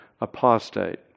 apostate